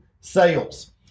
sales